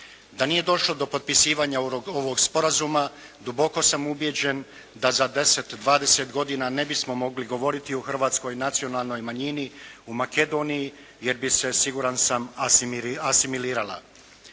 Da nije došlo do potpisivanja ovog sporazuma duboko sam ubjeđen da za 10, 20 godina ne bismo mogli govoriti o hrvatskoj nacionalnoj manjini u Makedoniji, jer bi se siguran sam asimilirala.